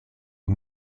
und